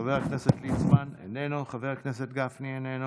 חבר הכנסת ליצמן, איננו, חבר הכנסת גפני, איננו,